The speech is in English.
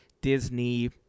Disney